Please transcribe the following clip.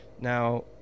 Now